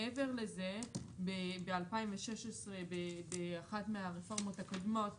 מעבר לזה ב 2016 באחת מהרפורמות הקודמות,